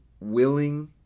willing